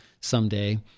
someday